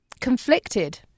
conflicted